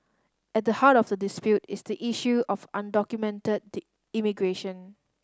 at the heart of the dispute is the issue of undocumented the immigration